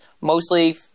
mostly